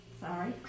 sorry